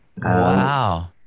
Wow